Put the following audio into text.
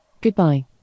Goodbye